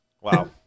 Wow